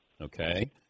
Okay